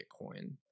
Bitcoin